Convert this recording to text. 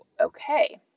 okay